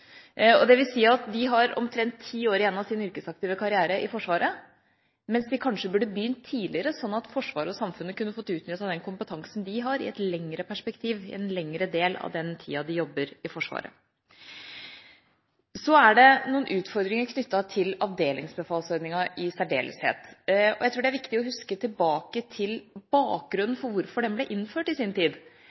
kanskje burde begynt tidligere, sånn at Forsvaret og samfunnet kunne ha fått utnyttet den kompetansen de har, i et lengre perspektiv, i en lengre del av den tida de jobber i Forsvaret. Så er det noen utfordringer knyttet til avdelingsbefalsordningen i særdeleshet. Jeg tror det er viktig å huske tilbake til bakgrunnen for at den ble innført i sin tid.